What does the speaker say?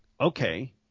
okay